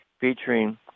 featuring